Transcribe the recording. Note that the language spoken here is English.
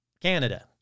Canada